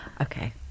Okay